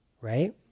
right